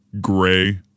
gray